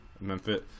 Memphis